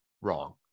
wrong